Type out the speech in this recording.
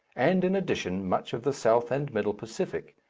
and in addition much of the south and middle pacific,